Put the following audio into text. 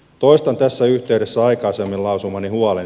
toistan tässä yhteydessä aikaisemmin lausumani huolen